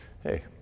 Hey